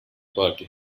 party